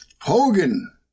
Hogan